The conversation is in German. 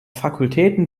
fakultäten